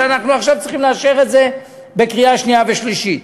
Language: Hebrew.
ואנחנו עכשיו צריכים לאשר את זה בקריאה שנייה ושלישית.